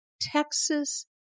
Texas